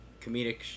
comedic